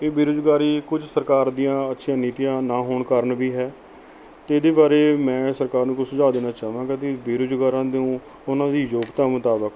ਇਹ ਬੇਰੁਜ਼ਗਾਰੀ ਕੁਝ ਸਰਕਾਰ ਦੀਆਂ ਅੱਛੀਆਂ ਨੀਤੀਆਂ ਨਾ ਹੋਣ ਕਾਰਨ ਵੀ ਹੈ ਅਤੇ ਇਹਦੇ ਬਾਰੇ ਮੈਂ ਸਰਕਾਰ ਨੂੰ ਕੋਈ ਸੁਝਾਅ ਦੇਣਾ ਚਾਹਵਾਂਗਾ ਕਿ ਬੇਰੁਜ਼ਗਾਰਾਂ ਨੂੰ ਉਹਨਾਂ ਦੀ ਯੋਗਤਾ ਮੁਤਾਬਕ